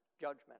judgment